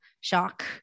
shock